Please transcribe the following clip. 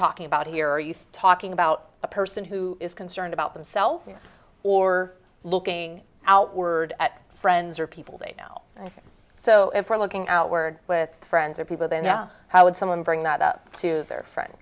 talking about here are you talking about a person who is concerned about themselves or looking outward at friends or people they know and so if we're looking outward with friends or people then yeah how would someone bring that up to their friend